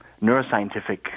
neuroscientific